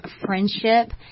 friendship